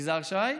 יזהר שי?